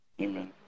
Amen